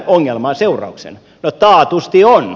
no taatusti on